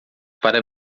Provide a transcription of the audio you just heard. para